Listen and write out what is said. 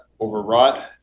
overwrought